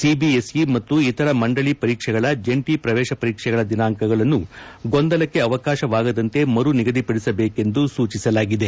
CBS ಮತ್ತು ಇತರ ಮಂಡಳಿ ಪರೀಕ್ಷೆಗಳ ಜಂಟಿ ಪ್ರವೇಶ ಪರೀಕ್ಷೆಗಳ ದಿನಾಂಕಗಳನ್ನು ಗೊಂದಲಕ್ಕೆ ಅವಕಾಶವಾಗದಂತೆ ಮರು ನಿಗದಿಪದಿಸಬೇಕೆಂದು ಸೂಚಿಸಲಾಗಿದೆ